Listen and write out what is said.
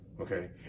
Okay